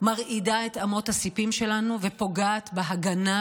מרעידה את אמות הסיפים שלנו ופוגעת בהגנה